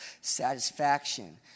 satisfaction